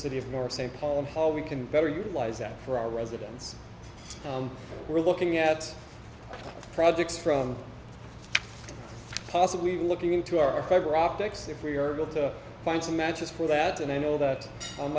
city of moore of st paul and how we can better utilize that for our residents we're looking at projects from possibly looking into our fiber optics if we are able to find some matches for that and i know that i'm